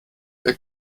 der